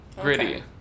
gritty